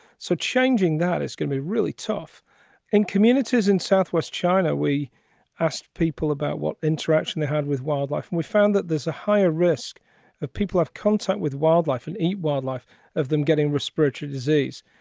so changing that is going to be really tough in communities in southwest china. we asked people about what interaction they had with wildlife and we found that there's a higher risk of people have contact with wildlife and eat wildlife of them getting respiratory disease.